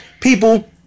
people